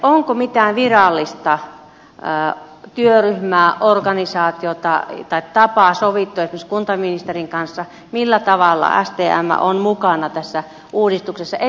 onko mitään virallista työryhmää organisaatiota tai tapaa sovittu esimerkiksi kuntaministerin kanssa millä tavalla stm on mukana tässä uudistuksessa ei